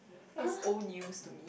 that is old news to me